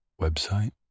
Website